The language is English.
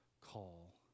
call